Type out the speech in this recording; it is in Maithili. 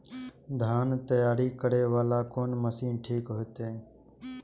धान तैयारी करे वाला कोन मशीन ठीक होते?